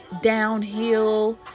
downhill